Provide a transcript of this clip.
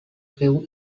few